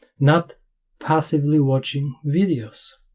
not passively watching videos